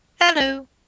Hello